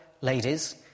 ladies